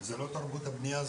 זה לא תרבות הבנייה,